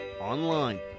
online